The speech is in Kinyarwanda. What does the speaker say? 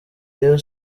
rayon